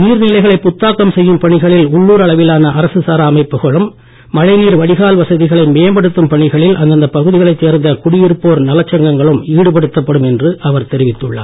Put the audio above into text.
நீர் நிலைகளை புத்தாக்கம் செய்யும் பணிகளில் உள்ளுர் அளவிலான அரசு சாரா அமைப்புகளும் மழை நீர் வடிகால் வசதிகளை மேம்படுத்தும் பணிகளில் அந்தந்த பகுதிகளைச் சேர்ந்த குடியிருப்போர் நலச் சங்கங்களும் ஈடுபடுத்தப்படும் என அவர் தெரிவித்துள்ளார்